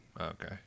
Okay